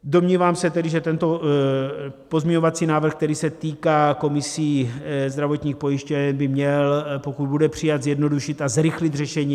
Domnívám se tedy, že tento pozměňovací návrh, který se týká komisí zdravotních pojišťoven, by měl, pokud bude přijat, zjednodušit a zrychlit řešení.